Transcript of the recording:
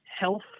health